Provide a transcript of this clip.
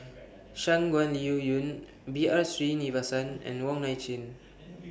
Shangguan Liuyun B R Sreenivasan and Wong Nai Chin